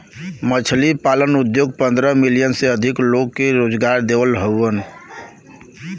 मछरी पालन उद्योग पंद्रह मिलियन से अधिक लोग के रोजगार देवत हउवन